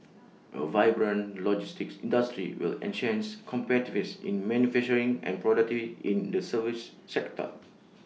A vibrant logistics industry will enhance competitiveness in manufacturing and productivity in the service sector